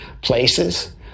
places